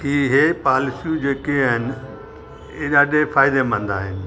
की इहे पॉलिसियूं जेकी आहिनि हे ॾाढे फ़ाइदेमंदि आहिनि